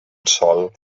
sol